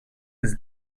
his